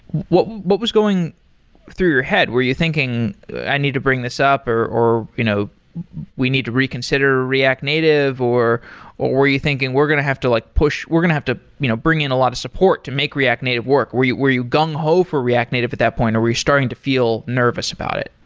what what was going through your head? were you thinking i need to bring this up, or or you know we need to reconsider react native, or what were you thinking? we're going to have to like push we're going to have to you know bring in a lot of support to make react native work. were you were you gung ho for react native at that point, are you starting to feel nervous about it?